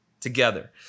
together